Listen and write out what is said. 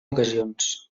ocasions